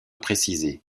précisée